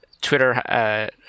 Twitter